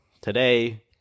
today